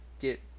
get